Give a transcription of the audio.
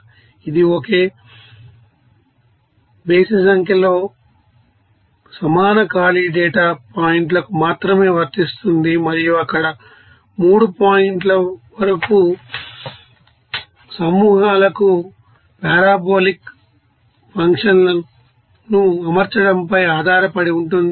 ఇది ఒకే బేసి సంఖ్యలో సమాన ఖాళీ డేటా పాయింట్లకు మాత్రమే వర్తిస్తుంది మరియు అక్కడ 3 పాయింట్ల వరుస సమూహాలకు పారాబొలిక్ ఫంక్షన్లను అమర్చడంపై ఆధారపడి ఉంటుంది